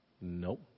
Nope